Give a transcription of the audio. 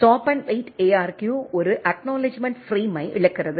stop and wait ARQ ஒரு acknowledgement பிரேமை இழக்கிறது